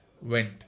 went